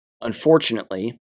Unfortunately